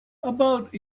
about